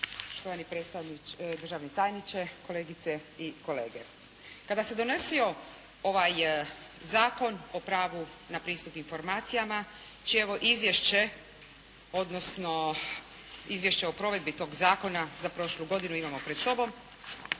štovani državni tajniče, kolegice i kolege. Kada se donosio ovaj Zakon o pravu na pristup informacijama čije evo izvješće odnosno izvješće o provedbi tog zakona za prošlu godinu imamo pred sobom,